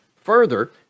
Further